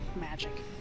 Magic